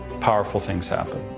powerful things happen.